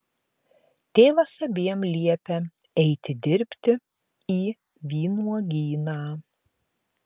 tėvas abiem liepia eiti dirbti į vynuogyną